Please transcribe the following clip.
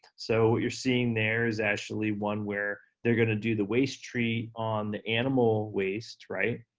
so what you're seeing there is actually one where they're gonna do the waste treat on the animal waste, right?